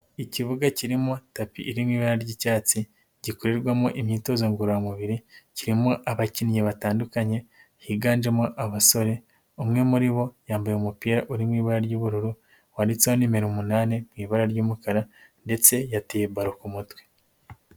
Ikibuga kirimo tapi irimo ibara ry'icyatsi gikorerwamo imyitozo ngororamubiri, kirimo abakinnyi batandukanye higanjemo abasore, umwe muri bo yambaye umupira uri mu ibara ry'ubururu wanditseho nimero umunani, mu ibara ry'umukara, ndetse yateye balo ku mutwe.